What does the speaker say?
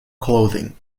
clothing